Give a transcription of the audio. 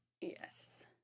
Yes